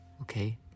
okay